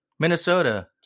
Minnesota